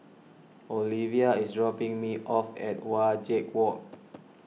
Alvia is dropping me off at Wajek Walk